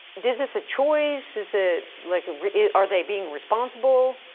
this is a choice, is it, like a, are they being responsible?